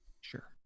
Sure